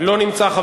לא נמצא.